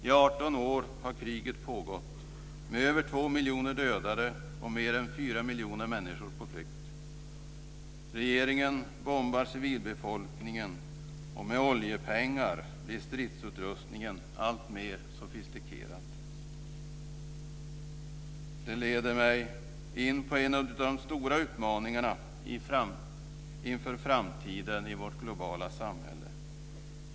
I 18 år har kriget pågått, med över 2 miljoner dödade och mer än 4 miljoner människor på flykt. Regeringen bombar civilbefolkningen, och med oljepengar blir stridsutrustningen alltmer sofistikerad. Detta leder mig in på en av de stora utmaningarna inför framtiden i vårt globala samhälle.